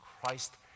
Christ